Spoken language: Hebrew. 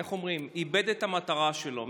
איך אומרים, איבד את המטרה שלו.